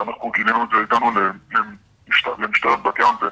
אנחנו גילינו את זה וניגשנו למשטרת ---,